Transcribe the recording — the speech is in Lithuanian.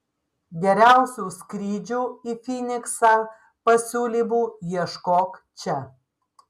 geriausių skrydžių į fyniksą pasiūlymų ieškok čia